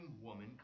woman